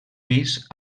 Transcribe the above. pis